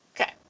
Okay